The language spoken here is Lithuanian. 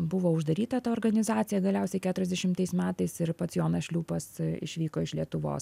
buvo uždaryta ta organizacija galiausiai keturiasdešimtais metais ir pats jonas šliūpas išvyko iš lietuvos